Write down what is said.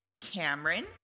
Cameron